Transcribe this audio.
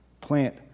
plant